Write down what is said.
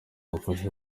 ubufasha